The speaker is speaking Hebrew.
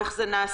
איך זה נעשה,